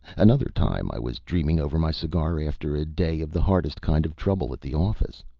another time i was dreaming over my cigar, after a day of the hardest kind of trouble at the office.